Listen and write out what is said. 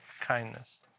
kindness